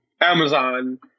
Amazon